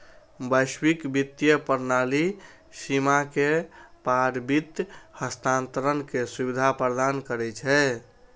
वैश्विक वित्तीय प्रणाली सीमा के पार वित्त हस्तांतरण के सुविधा प्रदान करै छै